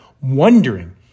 wondering